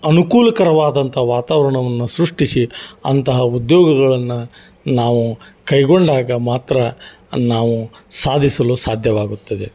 ಅನುಕೂಲಕರವಾದಂಥ ವಾತಾವರಣವನ್ನು ಸೃಷ್ಟಿಸಿ ಅಂತಹ ಉದ್ಯೋಗಗಳನ್ನು ನಾವು ಕೈಗೊಂಡಾಗ ಮಾತ್ರ ನಾವು ಸಾಧಿಸಲು ಸಾಧ್ಯವಾಗುತ್ತದೆ